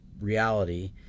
reality